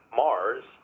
mars